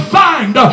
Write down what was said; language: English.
find